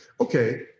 okay